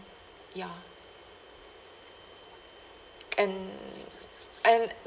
ya and and